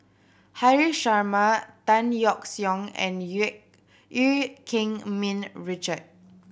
Haresh Sharma Tan Yeok Seong and Keng Min Richard